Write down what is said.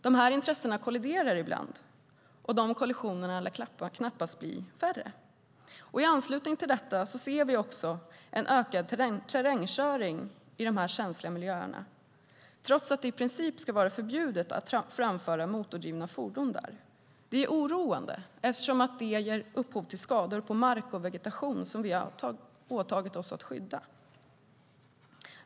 Dessa intressen kolliderar ibland, och dessa kollisioner lär knappast bli färre. I anslutning till detta ser vi en ökad terrängkörning i dessa känsliga miljöer, trots att det i princip ska vara förbjudet att framföra motordrivna fordon där. Det är oroande, eftersom det ger upphov till skador på mark och vegetation som vi har åtagit oss att skydda.